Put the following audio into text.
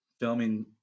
Filming